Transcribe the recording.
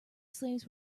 slaves